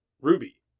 Ruby